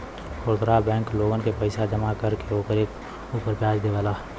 खुदरा बैंक लोगन के पईसा जमा कर के ओकरे उपर व्याज देवेला